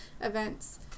events